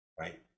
Right